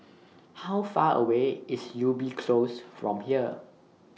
How Far away IS Ubi Close from here